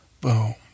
Boom